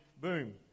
boom